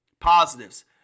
Positives